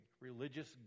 religious